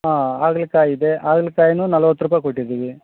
ಹಾಂ ಹಾಗಲ್ಕಾಯ್ ಇದೆ ಹಾಗಲ್ಕಾಯಿನು ನಲ್ವತ್ತು ರೂಪಾಯಿ ಕೊಟ್ಟಿದ್ದೀವಿ